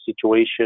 situation